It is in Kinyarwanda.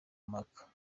maka